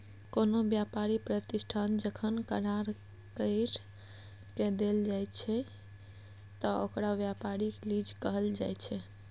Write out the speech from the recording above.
कोनो व्यापारी प्रतिष्ठान जखन करार कइर के देल जाइ छइ त ओकरा व्यापारिक लीज कहल जाइ छइ